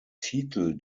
titel